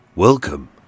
Welcome